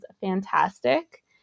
fantastic